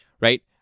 right